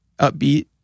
upbeat